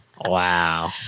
wow